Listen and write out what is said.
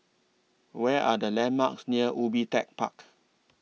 Where Are The landmarks near Ubi Tech Park